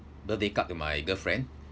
birthday card to my girlfriend